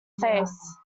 face